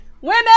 women